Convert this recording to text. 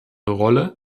rolle